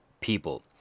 people